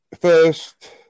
first